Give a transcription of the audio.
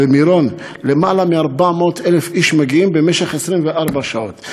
במירון למעלה מ-400,000 איש מגיעים במשך 24 שעות.